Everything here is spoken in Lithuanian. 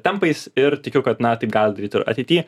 tempais ir tikiu kad na taip gali daryt ir ateity